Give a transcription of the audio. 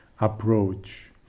approach